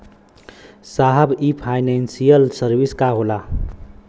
साहब इ financial service का होला?